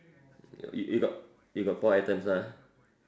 you you got you got four items ah